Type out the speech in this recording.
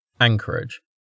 Anchorage